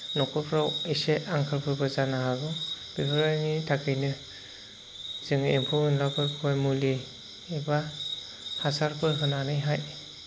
न'खरफोराव एसे आंखालफोरबो जानो हागौ बेफोरबायदिनि थाखायनो जोंनि एम्फौ एनलाफोरखौहाय मुलि एबा हासारफोर होनानैहाय